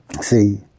see